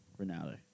Ronaldo